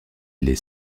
les